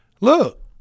Look